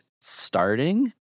starting